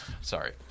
Sorry